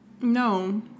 No